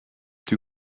too